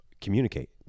communicate